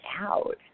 out